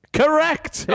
correct